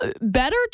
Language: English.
Better